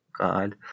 God